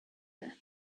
air